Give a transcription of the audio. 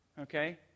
Okay